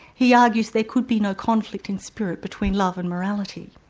he argues there could be no conflict in spirit between love and morality.